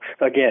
again